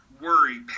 worry